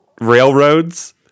Railroads